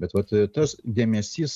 bet vat tas dėmesys